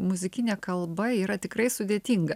muzikinė kalba yra tikrai sudėtinga